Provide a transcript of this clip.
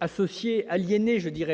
associées aux énergies